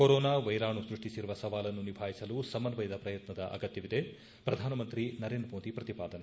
corona ವೈರಾಣು ಸೃಷ್ಷಿಸಿರುವ ಸವಾಲನ್ನು ನಿಭಾಯಿಸಲು ಸಮನ್ವಯದ ಪ್ರಯತ್ನ ಅಗತ್ಯವಿದೆ ಪ್ರಧಾನ ಮಂತ್ರಿ ನರೇಂದ್ರ ಮೋದಿ ಪ್ರತಿಪಾದನೆ